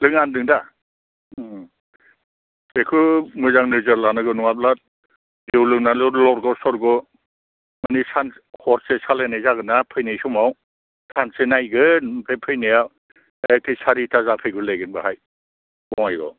लोङा होनदों दा बेखौ मोजां नोजोर लानांगोन नङाब्ला जौ लोंनानैल' लरग' थरग' माने सान हरसे सालायनाय जागोन ना फैनाय समाव सानसे नायगोन ओमफ्राय फैनायाव एख्खे सारिथा जाफैगुलायगोन बेवहाय बङाइगाव